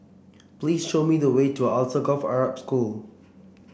please show me the way to Alsagoff Arab School